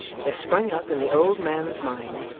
there sprung up in the old man's mind,